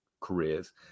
careers